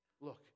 look